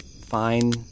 Fine